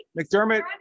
McDermott